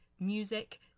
music